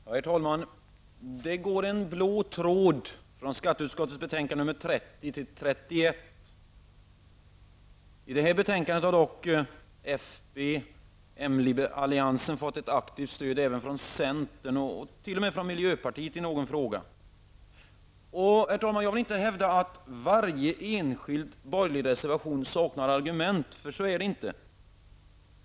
Herr talman! Det går en blå tråd från skatteutskottets betänkande nr 30 till nr 31. I det här betänkandet har dock fp -- m-alliansen fått ett aktivt stöd även från centern, och t.o.m. från miljöpartiet i någon fråga. Herr talman! Jag vill inte hävda att varje enskild borgerlig reservation saknar argument, för så är det inte.